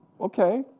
Okay